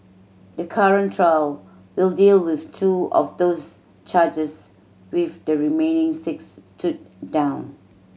the current trial will deal with two of those charges with the remaining six stood down